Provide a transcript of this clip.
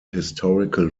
historical